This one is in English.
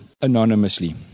anonymously